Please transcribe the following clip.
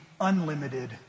unlimited